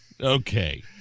Okay